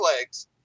legs